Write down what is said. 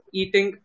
eating